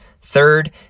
Third